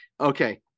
Okay